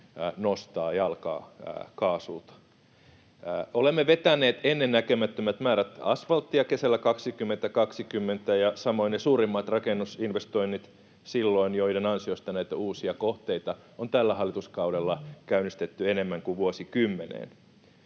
nostaa jalkaa kaasulta. Olemme vetäneet ennennäkemättömät määrät asfalttia kesällä 2020 ja samoin ne suurimmat rakennusinvestoinnit silloin, joiden ansiosta näitä uusia kohteita on tällä hallituskaudella käynnistetty enemmän kuin vuosikymmeneen.